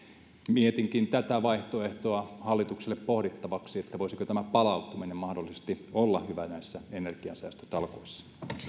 mietinkin tätä vaihtoehtoa hallitukselle pohdittavaksi voisiko tämän palauttaminen mahdollisesti olla hyvä näissä energiansäästötalkoissa